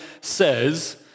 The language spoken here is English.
says